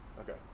okay